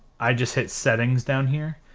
i just hit settings down here,